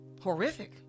horrific